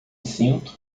sinto